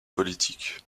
politiques